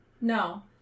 No